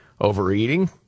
overeating